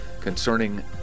concerning